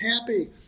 happy